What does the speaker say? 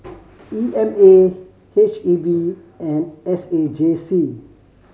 E M A H E B and S A J C